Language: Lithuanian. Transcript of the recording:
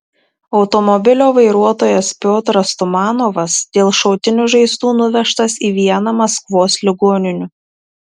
automobilio vairuotojas piotras tumanovas dėl šautinių žaizdų nuvežtas į vieną maskvos ligoninių